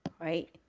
Right